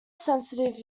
sensitive